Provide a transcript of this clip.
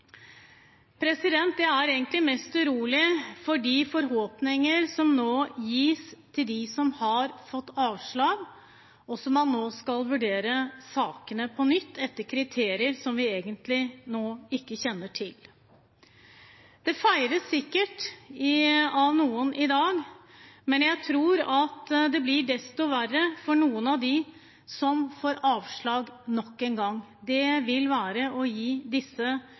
Jeg er egentlig mest urolig for de forhåpninger som nå gis til dem som har fått avslag, og som man nå skal vurdere sakene til på nytt, etter kriterier som vi egentlig ikke kjenner til. Det feires sikkert av noen i dag, men jeg tror det blir desto verre for noen av dem som får avslag nok en gang. Det vil være å gi disse